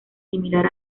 similar